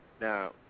Now